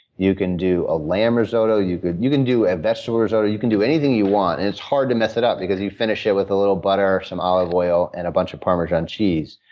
you can do a lamb risotto. you can you can do a and vegetable risotto. you can do anything you want, and it's hard to mess it up because you finish it with a little butter, some olive oil, and a bunch of parmesan cheese.